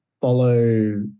follow